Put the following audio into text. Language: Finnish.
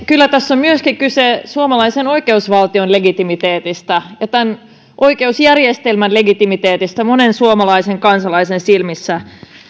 kyllä tässä on kyse myöskin suomalaisen oikeusvaltion legitimiteetistä ja oikeusjärjestelmän legitimiteetistä monen suomalaisen kansalaisen silmissä